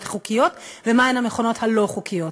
החוקיות ומה הן המכונות הלא-חוקיות,